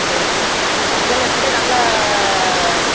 சரி சரி சரி மஞ்சள் எப்படி நல்ல